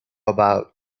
about